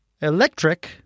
electric